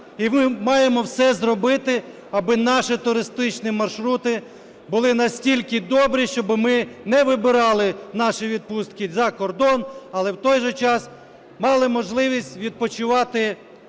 І ми маємо все зробити, аби наші туристичні маршрути були настільки добрі, щоб ми не вибирали наші відпустки за кордон, але в той же час мали можливість відпочивати